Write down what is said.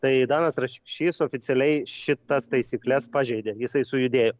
tai danas rapšys oficialiai šitas taisykles pažeidė jisai sujudėjo